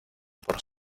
por